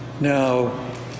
Now